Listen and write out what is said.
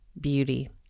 beauty